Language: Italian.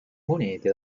monete